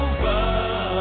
Over